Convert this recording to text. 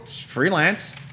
Freelance